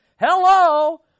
Hello